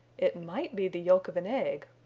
it might be the yolk of an egg,